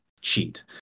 cheat